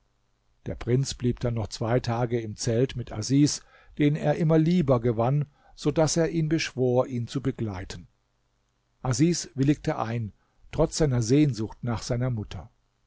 der prinz blieb dann noch zwei tage im zelt mit asis den er immer lieber gewann so daß er ihn beschwor ihn zu begleiten asis willigte ein trotz seiner sehnsucht nach seiner mutter